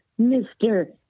Mr